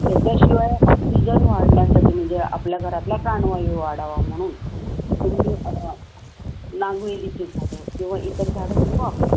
त्याच्याशिवाय ऑक्सिजन वाढण्यासाठी म्हणजे आपल्या घरातल्या प्राणवायू वाढावा म्हणून तुम्ही नांगलीचे झाडं किंवा इतर झाडं तुम्ही वापरू शक्